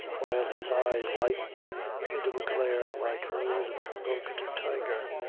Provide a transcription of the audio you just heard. while his eyes lightened into a glare like those of a provoked tiger